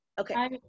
okay